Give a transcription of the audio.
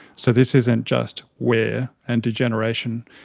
so this isn't just wear and degeneration.